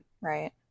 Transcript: Right